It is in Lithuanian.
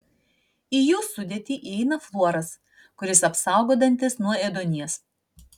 į jų sudėtį įeina fluoras kuris apsaugo dantis nuo ėduonies